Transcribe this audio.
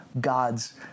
God's